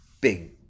big